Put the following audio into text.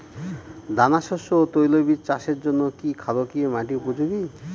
দানাশস্য ও তৈলবীজ চাষের জন্য কি ক্ষারকীয় মাটি উপযোগী?